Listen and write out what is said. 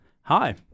Hi